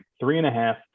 three-and-a-half